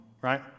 right